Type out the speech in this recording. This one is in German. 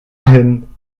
hin